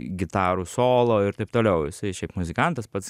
gitarų solo ir taip toliau jisai šiaip muzikantas pats